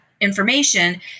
information